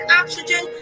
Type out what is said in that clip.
oxygen